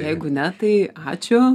jeigu ne tai ačiū